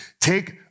take